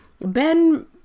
Ben